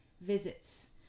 visits